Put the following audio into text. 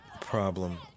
problem